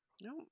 no